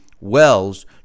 Wells